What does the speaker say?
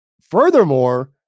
furthermore